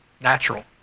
natural